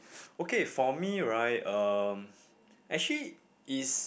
okay for me right um actually is